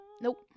nope